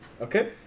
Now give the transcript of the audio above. okay